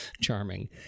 charming